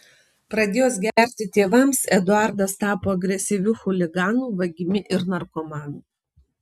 pradėjus gerti tėvams eduardas tapo agresyviu chuliganu vagimi ir narkomanu